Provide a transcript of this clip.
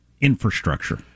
infrastructure